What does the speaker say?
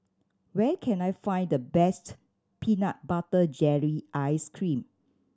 where can I find the best peanut butter jelly ice cream